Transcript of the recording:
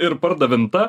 ir pardavinta